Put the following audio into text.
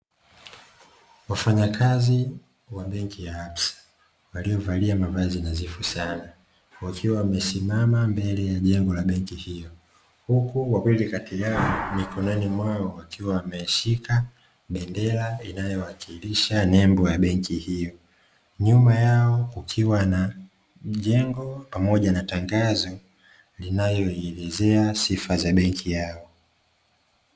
Wafanyakazi wa benki ya absa waliovalia mavazi nadhifu sana wakiwa wamesimama mbele ya jengo la benki hiyo, huku wawili kati yao mikononi mwao wakiwa wameshika bendera inayowakilisha nembo ya benki hiyo. Nyuma yao kukiwa na jengo pamoja na tangazo linaloelezea sifa za benki yao.